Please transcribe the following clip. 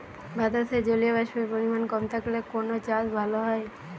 বাতাসে জলীয়বাষ্পের পরিমাণ কম থাকলে কোন চাষ ভালো হয়?